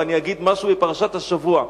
ואני אגיד משהו מפרשת השבוע.